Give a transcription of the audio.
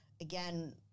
again